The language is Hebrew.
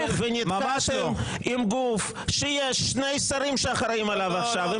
ונתקעתם עם גוף שיש שני שרים שאחראים עליו עכשיו.